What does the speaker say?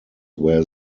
where